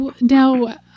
Now